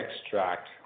extract